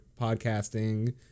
podcasting